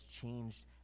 changed